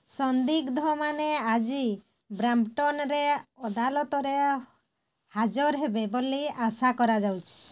ସନ୍ଦିଗ୍ଧମାନେ ଆଜି ବ୍ରାମ୍ପ୍ଟନ୍ରେ ଅଦାଲତରେ ହାଜର ହେବେ ବୋଲି ଆଶା କରାଯାଉଛି